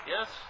Yes